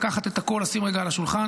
לקחת את הכול, לשים רגע על השולחן.